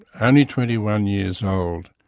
only twenty one years old,